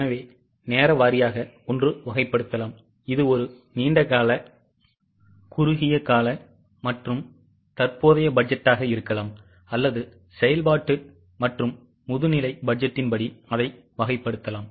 எனவே நேர வாரியாக ஒன்று வகைப்படுத்தலாம் இது ஒரு நீண்ட கால குறுகிய கால மற்றும் தற்போதைய பட்ஜெட்டாக இருக்கலாம் அல்லது செயல்பாட்டு மற்றும் முதுநிலை பட்ஜெட்டின் படி அதை வகைப்படுத்தலாம்